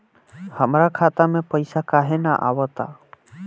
हमरा खाता में पइसा काहे ना आव ता?